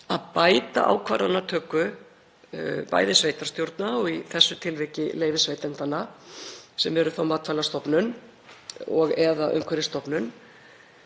að bæta ákvarðanatöku sveitarstjórna og í þessu tilviki leyfisveitenda, sem eru Matvælastofnun og/eða Umhverfisstofnun,